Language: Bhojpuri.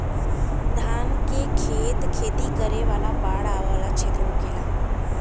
धान के खेत खेती करे वाला बाढ़ वाला क्षेत्र होखेला